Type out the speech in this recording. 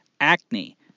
acne